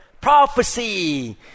prophecy